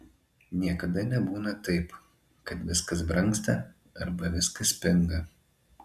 niekada nebūna taip kad viskas brangsta arba viskas pinga